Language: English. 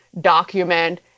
document